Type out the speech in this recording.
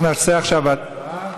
אנחנו נעשה עכשיו הצבעה.